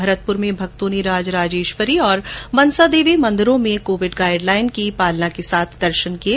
भरतपुर में भक्तों ने राजराजेश्वरी और मनसा देवी मंदिरों में कोविड गाईडलाईन के निर्देशों के साथ दर्शन किये